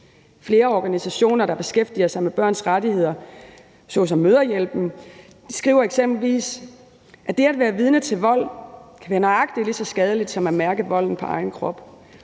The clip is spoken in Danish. Flere organisationer, der beskæftiger sig med børns rettigheder, såsom Mødrehjælpen, skriver eksempelvis, at det at være vidne til vold kan være nøjagtig lige så skadeligt som at mærke volden på egen krop.